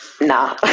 Nah